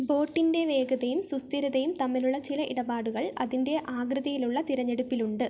ബോട്ടിൻ്റെ വേഗതയും സുസ്ഥിരതയും തമ്മിലുള്ള ചില ഇടപാടുകൾ അതിൻ്റെ ആകൃതിയിലുള്ള തിരഞ്ഞെടുപ്പിലുണ്ട്